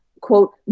quote